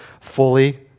fully